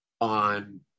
on